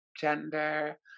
gender